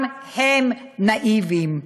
גם הם נאיביים.